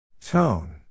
Tone